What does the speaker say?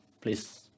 please